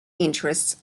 interests